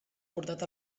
portat